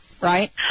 right